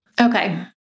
Okay